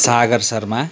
Sagar Sharma